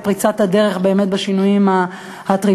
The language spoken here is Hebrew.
את פריצת הדרך באמת בשינויים הטריוויאליים.